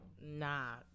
Nah